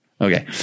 Okay